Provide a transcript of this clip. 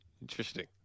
interesting